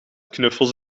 knuffels